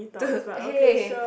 to !hey!